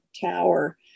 tower